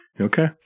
Okay